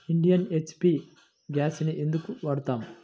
Indian, HP గ్యాస్లనే ఎందుకు వాడతాము?